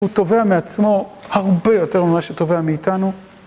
הוא תובע מעצמו הרבה יותר ממה שתובע מאיתנו.